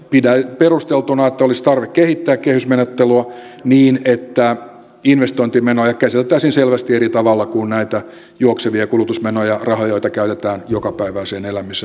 pidän perusteltuna että olisi tarve kehittää kehysmenettelyä niin että investointimenoja käsiteltäisiin selvästi eri tavalla kuin näitä juoksevia kulutusmenoja rahoja joita käytetään jokapäiväiseen elämiseen